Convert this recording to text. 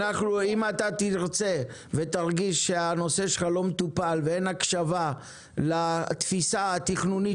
אם תרגיש שהנושא שלך לא מטופל ואין הקשבה לתפיסה התכנונית